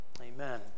Amen